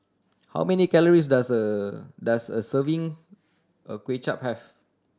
how many calories does a does a serving of Kuay Chap have